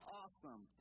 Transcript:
awesome